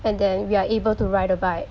and then we are able to ride a bike